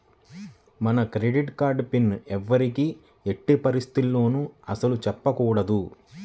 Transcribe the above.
మన credit card pin ఎవ్వరికీ ఎట్టి పరిస్థితుల్లోనూ అస్సలు చెప్పకూడదు